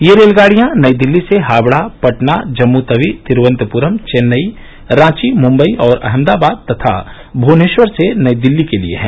ये रेलगाडियां नई दिल्ली से हावडा पटना जम्मु तवी तिरूवनतपुरम चैन्नई रांची मुंबई और अहमदाबाद तथा भुवनेश्वर से नई दिल्ली के लिए हैं